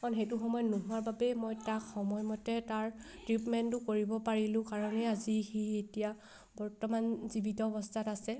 সেইটো সময় নোহোৱাৰ বাবেই মই তাক সময়মতে তাৰ ট্ৰিটমেণ্টটো কৰিব পাৰিলোঁ কাৰণেই আজি সি এতিয়া বৰ্তমান জীৱিত অৱস্থাত আছে